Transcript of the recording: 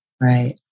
right